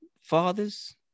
fathers